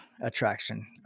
attraction